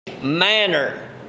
manner